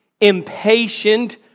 impatient